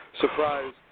surprise